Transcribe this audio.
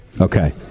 Okay